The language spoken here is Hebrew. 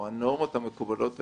או הנורמות המקובלות היום,